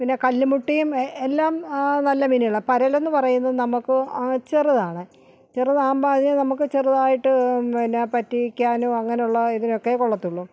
പിന്ന കല്ലുമുട്ടിയും എല്ലാം നല്ല മീനുകളാണ് പരലെന്ന് പറയുന്നത് നമുക്ക് ചെറുതാണ് ചെറുതാകുമ്പം അതിൽ നമുക്ക് ചെറുതായിട്ട് പിന്നെ പറ്റിക്കാനും അങ്ങനെയുള്ള ഇതിനൊക്കെ കൊള്ളത്തുള്ളൂ